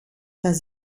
dass